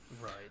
Right